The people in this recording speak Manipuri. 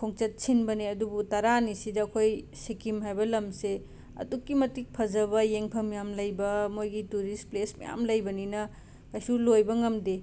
ꯈꯣꯡꯆꯠ ꯁꯤꯟꯕꯅꯦ ꯑꯗꯨꯕꯨ ꯇꯔꯥꯅꯤꯁꯤꯗ ꯑꯩꯈꯣꯏ ꯁꯤꯀꯤꯝ ꯍꯥꯏꯕ ꯂꯝꯁꯦ ꯑꯗꯨꯛꯀꯤ ꯃꯇꯤꯛ ꯐꯖꯕ ꯌꯦꯡꯐꯝ ꯌꯥꯝ ꯂꯩꯕ ꯃꯣꯏꯒꯤ ꯇꯨꯔꯤꯁ ꯄ꯭ꯂꯦꯁ ꯃꯌꯥꯝ ꯂꯩꯕꯅꯤꯅ ꯀꯩꯁꯨ ꯂꯣꯏꯕ ꯉꯝꯗꯦ